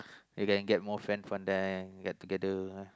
you can get more friends from that dine together